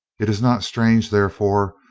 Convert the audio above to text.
it is not strange, therefore,